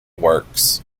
works